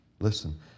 Listen